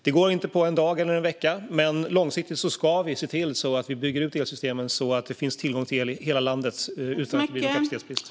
Det går inte på en dag eller en vecka, men långsiktigt ska vi se till att bygga ut elsystemen så att det finns tillgång till el i hela landet utan att det blir någon kapacitetsbrist.